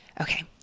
okay